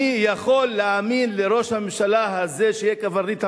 אני יכול להאמין לראש הממשלה הזה שיהיה קברניט המדינה?